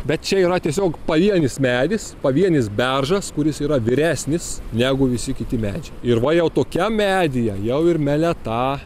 bet čia yra tiesiog pavienis medis pavienis beržas kuris yra vyresnis negu visi kiti medžiai ir va jau tokiam medyje jau ir meleta